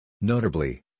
Notably